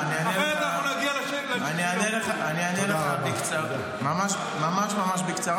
אחרת אנחנו נגיע --- אושר שקלים (הליכוד): אני אענה לך ממש ממש בקצרה,